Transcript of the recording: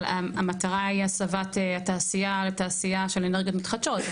אבל המטרה היא הסבת התעשייה לתעשייה של אנרגיות מתחדשות.